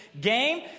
game